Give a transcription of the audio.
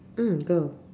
mm go